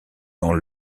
dans